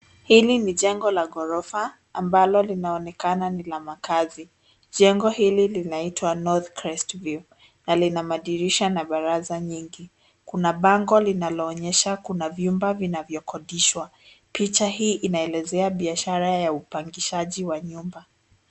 Hili ni jengo la ghorofa ambalo linaonekana ni la makazi. Jengo hili linaitwa North Crest View. Na lina madirisha na baraza nyingi. Kuna bango linaloonyesha kuna vyumba vinavyokodishwa. Picha hii inaelezea biashara ya upangishaji wa nyumba.